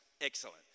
Excellent